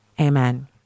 Amen